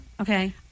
okay